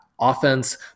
offense